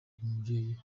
mubyeyi